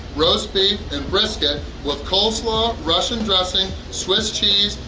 roast beef, and brisket, with coleslaw, russian dressing, swiss cheese,